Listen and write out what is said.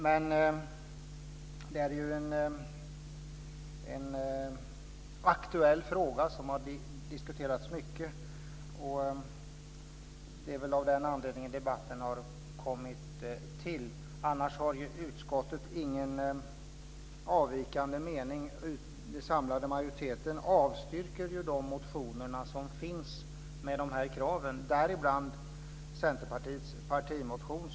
Det är en aktuell fråga som har diskuterats mycket. Det är väl av den anledningen som debatten har kommit till. Annars har utskottet ingen avvikande mening. Den samlade majoriteten avstyrker de motioner och de krav som finns, däribland Centerpartiets partimotion.